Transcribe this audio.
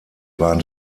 waren